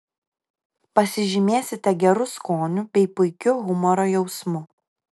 pasižymėsite geru skoniu bei puikiu humoro jausmu